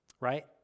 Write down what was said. right